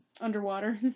underwater